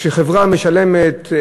כשחברה משלמת,